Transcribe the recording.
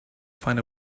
find